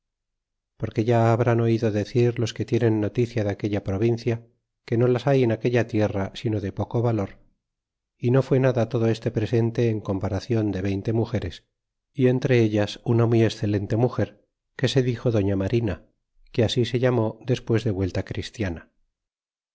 porque ya habrán oído decir los que tienen noticia de aquella provincia que no las hay en aquella tierra sino de poco valor y no fué nada todo este presente en comparacion de veinte mugeres y entre ellas una muy excelente muger que se dixo doña marina que así se llamó despues de vuelta christiana